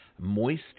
Moist